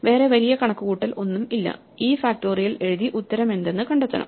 വേറെ വലിയ കണക്കുകൂട്ടൽ ഒന്നും ഇല്ല ഈ ഫക്ടോറിയൽ എഴുതി ഉത്തരം എന്തെന്ന് കണ്ടെത്തണം